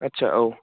आस्सा औ